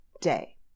day